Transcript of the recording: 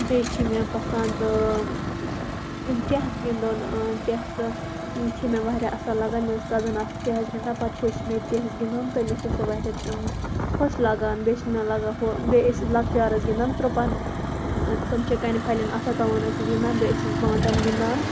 بیٚیہِ چھِ مےٚ پَسَنٛد چٮ۪س گِنٛدُن چٮ۪س تہٕ چھِ مےٚ واریاہ اصل لَگان مےٚ ٲس کَزٕن اکھ چٮ۪س گِنٛدان پَتہٕ ہیوٚچھ مےٚ تہِ چٮ۪س گِندُن تٔمِس چھِ سۄ واریاہ خۄش لَگان بیٚیہِ چھُ مےٚ لَگان ہہُ بیٚیہِ ٲسۍ لۄکچارَس گِنٛدان ترُپَن تِم چھِ کَنہِ پھَلٮ۪ن آسان تٔمن ٲسۍ أسۍ گِنٛدان بییہِ ٲسۍ أسۍ بانٛٹَن گِنٛدان